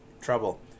trouble